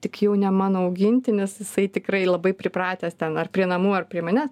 tik jau ne mano augintinis jisai tikrai labai pripratęs ten ar prie namų ar prie manęs